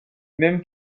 même